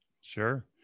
Sure